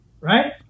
Right